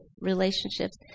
relationships